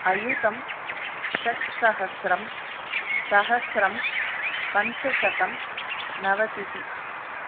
अयुतं षट्सहस्रं सहस्रं पञ्चशतं नवतिः